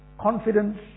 confidence